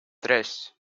tres